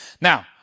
Now